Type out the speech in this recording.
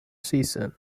season